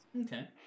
Okay